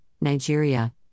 Nigeria